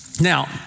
Now